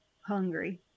hungry